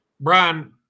Brian